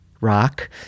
rock